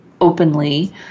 openly